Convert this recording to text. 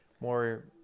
more